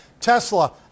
Tesla